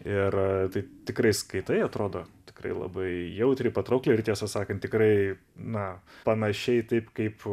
ir tai tikrai skaitai atrodo tikrai labai jautriai patraukliai ir tiesą sakant tikrai na panašiai taip kaip